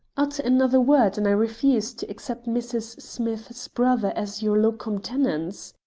utter another word and i refuse to accept mrs. smith's brother as your locum tenens.